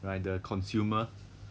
like the consumer